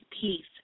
peace